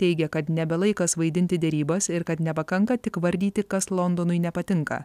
teigia kad nebe laikas vaidinti derybas ir kad nepakanka tik vardyti kas londonui nepatinka